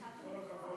התחלת מאוחר.